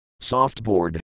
softboard